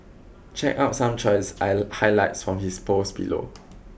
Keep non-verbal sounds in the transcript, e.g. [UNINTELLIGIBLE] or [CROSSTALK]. check out some choice [UNINTELLIGIBLE] highlights from his post below